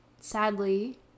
sadly